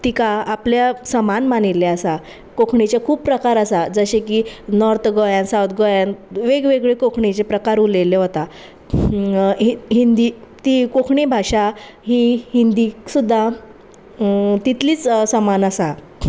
ताका आपल्या समान मानिल्लें आसा कोंकणीचे खूब प्रकार आसा जशें की नोर्त गोंयान सावत गोंयान वेगवेगळे कोंकणीचे प्रकार उलयल्ले वता हिंदी ती कोंकणी भाशा ही हिंदीक सुद्दां तितलीच समान आसा